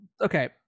okay